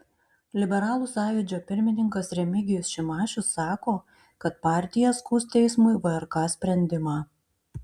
liberalų sąjūdžio pirmininkas remigijus šimašius sako kad partija skųs teismui vrk sprendimą